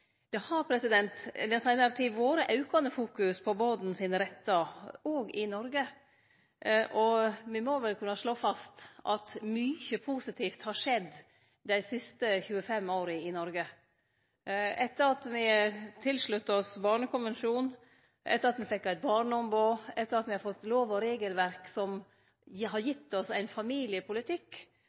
Det har den seinare tida vore aukande fokus på barn sine rettar òg i Noreg, og me må vel kunne slå fast at mykje positivt har skjedd dei siste 25 åra i Noreg etter at me slutta oss til Barnekonvensjonen, etter at me fekk eit barneombod, og etter at me har fått lov- og regelverk som har gitt oss ein familiepolitikk